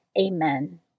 Amen